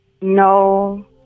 No